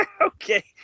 Okay